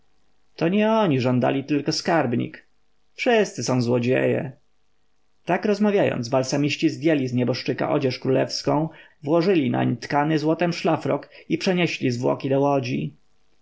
to nie oni żądali tylko skarbnik wszyscy są złodzieje tak rozmawiając balsamiści zdjęli z nieboszczyka odzież królewską włożyli nań tkany złotem szlafrok i przenieśli zwłoki do